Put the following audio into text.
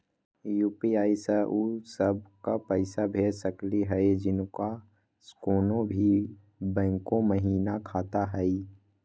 UPI स उ सब क पैसा भेज सकली हई जिनका कोनो भी बैंको महिना खाता हई?